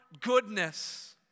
goodness